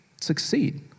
succeed